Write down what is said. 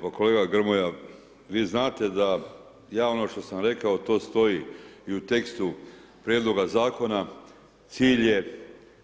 Pa kolega Grmoja, vi znate da ja ono što sam rekao, to stoji i u tekstu prijedloga zakona, cilj je